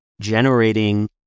generating